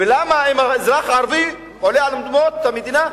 ולמה אם אזרח ערבי עולה על אדמות המדינה,